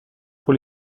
pour